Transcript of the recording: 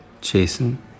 Jason